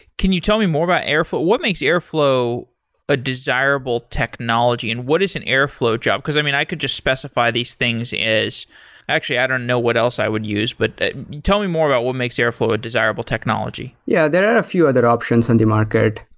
can you tell me more about airflow? what makes airflow a desirable technology, and what is an airflow job? because, i mean, i could just specify these things as actually, i don't know what else i would use. but tell me more about what makes airflow a desirable technology. yeah, there are a few other options in the market.